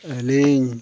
ᱟᱹᱞᱤᱧ